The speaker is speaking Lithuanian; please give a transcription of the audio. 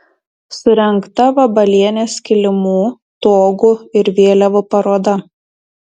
surengta vabalienės kilimų togų ir vėliavų paroda